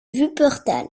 wuppertal